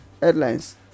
headlines